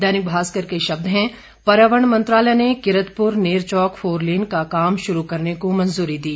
दैनिक भास्कर के शब्द हैं पर्यावरण मंत्रालय ने कीतरपुर नेरचौक फोरलेन का काम शुरू करने को मंजूरी दी